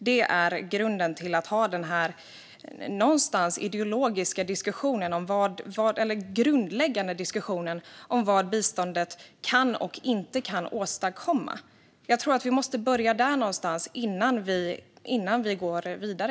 Det är grunden till att ha den här grundläggande ideologiska diskussionen om vad biståndet kan och inte kan åstadkomma. Jag tror att vi måste börja där någonstans innan vi går vidare.